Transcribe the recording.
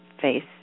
face